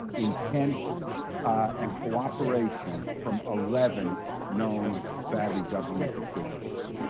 ah intent and cooperation from eleven known saudi government officials.